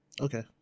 Okay